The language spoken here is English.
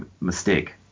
mistake